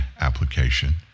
application